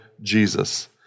Jesus